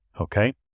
Okay